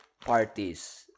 parties